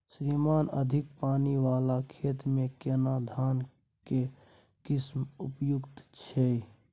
श्रीमान अधिक पानी वाला खेत में केना धान के किस्म उपयुक्त छैय?